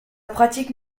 pratique